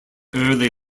early